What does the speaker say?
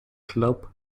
club